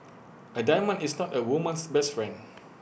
A diamond is not A woman's best friend